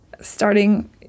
starting